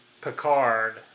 Picard